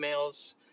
emails